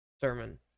sermon